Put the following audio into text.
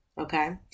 Okay